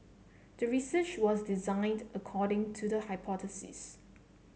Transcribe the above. the research was designed according to the hypothesis